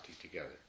together